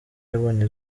yabonye